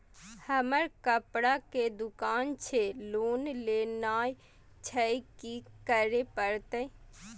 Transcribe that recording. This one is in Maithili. हमर कपड़ा के दुकान छे लोन लेनाय छै की करे परतै?